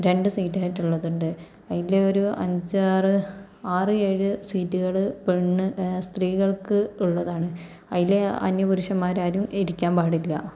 രണ്ട് സീറ്റായിട്ടുള്ളതുണ്ട് അതിലൊരു അഞ്ചാറ് ആറ് ഏഴ് സീറ്റുകള് പെണ്ണ് സ്ത്രീകൾക്ക് ഉള്ളതാണ് അതില് അന്യ പുരുഷന്മാരാരും ഇരിക്കാൻ പാടില്ല